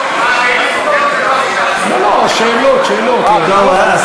לא, שאילתות זה לא עכשיו.